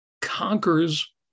conquers